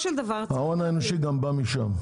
ההון האנושי גם בא משם.